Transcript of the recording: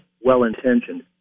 well-intentioned